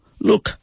Look